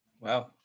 Wow